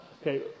Okay